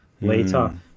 later